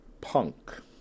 Punk